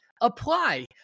apply